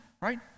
right